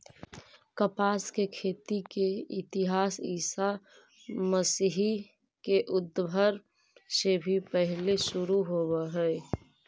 कपास के खेती के इतिहास ईसा मसीह के उद्भव से भी पहिले शुरू होवऽ हई